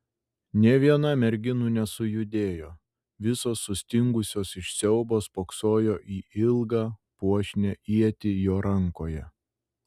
nė viena merginų nesujudėjo visos sustingusios iš siaubo spoksojo į ilgą puošnią ietį jo rankoje